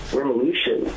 revolution